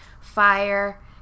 fire